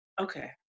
Okay